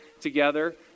together